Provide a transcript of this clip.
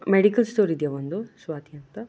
medical store ಇದೆಯಾ ಒಂದು ಸ್ವಾತಿ ಅಂತ